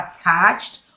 attached